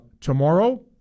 Tomorrow